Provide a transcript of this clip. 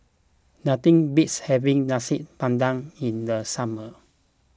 Nothing beats having Nasi Padang in the summer